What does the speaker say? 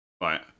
Right